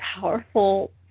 powerful